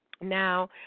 now